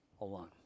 alone